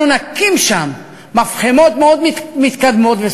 אנחנו נקים שם מפחמות מאוד מתקדמות,